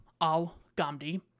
al-Ghamdi